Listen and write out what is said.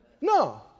No